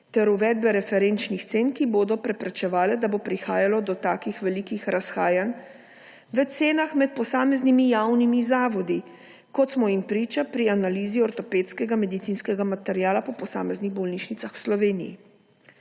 ter uvedbe referenčnih cen, ki bodo preprečevale, da bo prihajalo do takih velikih razhajanj v cenah med posameznimi javnimi zavodi, kot smo jim priča pri analizi ortopedskega medicinskega materiala po posameznih bolnišnicah v Sloveniji.